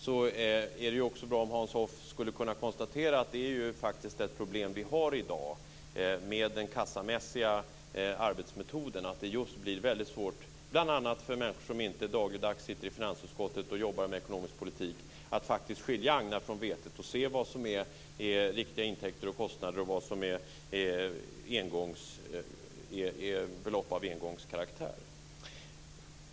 Då vore det bra om han också skulle kunna konstatera att det faktiskt är ett problem vi har i dag med den kassamässiga arbetsmetoden. Det blir svårt bl.a. för människor som inte dagligdags sitter i finansutskottet och jobbar med ekonomisk politik att faktiskt skilja agnarna från vetet och att se vad som är riktiga intäkter och kostnader och vad som är belopp av engångskaraktär.